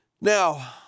Now